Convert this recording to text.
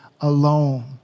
alone